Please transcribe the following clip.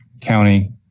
county